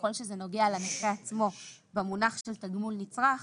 ככל שזה נוגע לנושא עצמו במונח של תגמול נצרך,